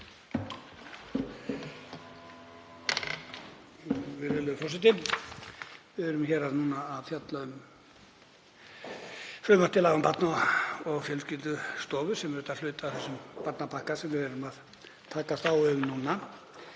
Við erum hér að fjalla um frumvarp til laga um Barna- og fjölskyldustofu sem er auðvitað hluti af þessum barnapakka sem við erum að takast á um núna.